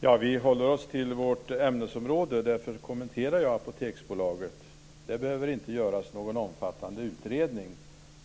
Herr talman! Vi håller oss till vårt ämnesområde - därför kommenterade jag Apoteksbolaget. Det behöver inte göras någon omfattande utredning